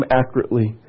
accurately